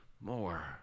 more